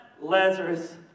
Lazarus